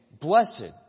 blessed